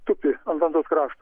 tupi ant landos krašto